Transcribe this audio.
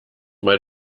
mal